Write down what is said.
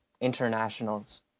internationals